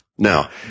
Now